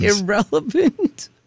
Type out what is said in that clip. Irrelevant